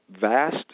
vast